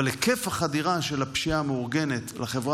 אבל היקף החדירה של הפשיעה המאורגנת לחברה